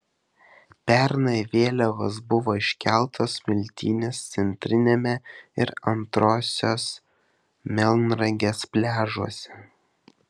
pernai vėliavos buvo iškeltos smiltynės centriniame ir antrosios melnragės pliažuose